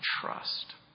trust